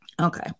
Okay